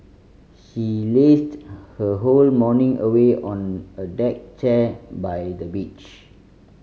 she lazed her whole morning away on a deck chair by the beach